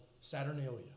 Saturnalia